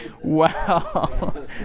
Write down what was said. Wow